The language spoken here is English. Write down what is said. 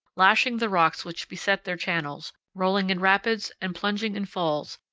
lashing the rocks which beset their channels, rolling in rapids and plunging in falls,